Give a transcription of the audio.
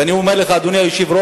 ואני אומר לך, אדוני היושב-ראש,